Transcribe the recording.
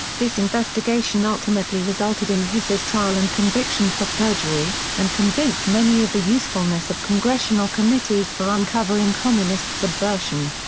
this investigation ultimately resulted in hiss's trial and conviction for perjury, and convinced many of the usefulness of congressional committees for uncovering communist subversion.